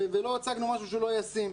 ולא הצגנו משהו שהוא לא ישים.